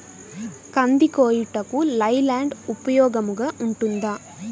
కంది కోయుటకు లై ల్యాండ్ ఉపయోగముగా ఉంటుందా?